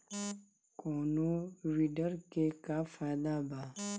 कौनो वीडर के का फायदा बा?